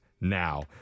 now